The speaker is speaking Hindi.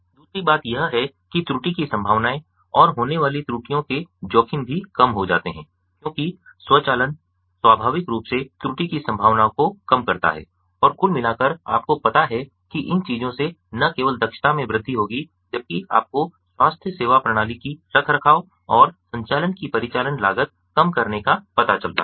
दूसरी बात यह है कि त्रुटि की संभावनाएं और होने वाली त्रुटियों के जोखिम भी कम हो जाते हैं क्योंकि स्वचालन स्वाभाविक रूप से त्रुटि की संभावना को कम करता है और कुल मिलाकर आपको पता है कि इन चीजों से न केवल दक्षता में वृद्धि होगी जबकि आपको स्वास्थ्य सेवा प्रणाली की रखरखाव और संचालन कि परिचालन लागत कम करने का पता चलता है